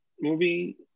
movie